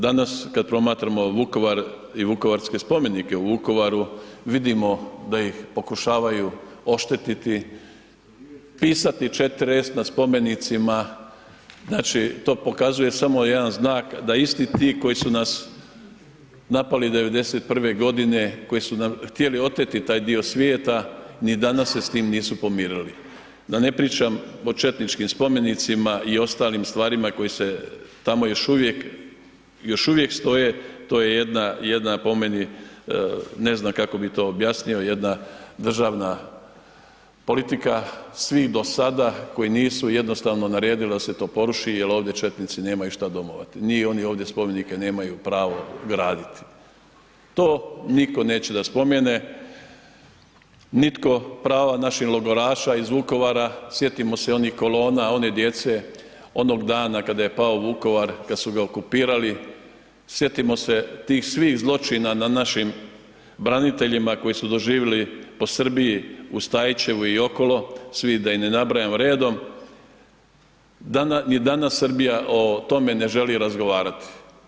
Danas kad promatramo Vukovar i vukovarske spomenike u Vukovaru vidimo da ih pokušavaju oštetiti, pisati 4S na spomenicima, znači to pokazuje samo jedan znak da isti ti koji su nas napali '91.g., koji su nam htjeli oteti taj dio svijeta, ni danas se s tim nisu pomirili, da ne pričam o četničkim spomenicima i ostalim stvarima koje se tamo još uvijek, još uvijek stoje, to je jedna, jedna po meni, ne znam kako bi to objasnio, jedna državna politika, svi do sada koji nisu jednostavno naredili da se to poruši jel ovdje četnici nemaju šta domovati, ni oni ovdje spomenike nemaju pravo graditi, to niko neće da spomene, nitko prava naših logoraša iz Vukovara, sjetimo se onih kolona, one djece, onog dana kada je pao Vukovar, kad su ga okupirali, sjetimo se tih svih zločina nad našim braniteljima koji su doživili po Srbiji u Stajićevu i okolo, svi da ih ne nabrajam redom, gdje danas Srbija o tome ne želi razgovarati.